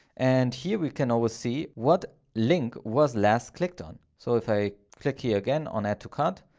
and here, we can always see what link was last clicked on. so if i click here, again on add to cart,